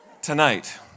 Tonight